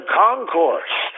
concourse